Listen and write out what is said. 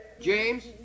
James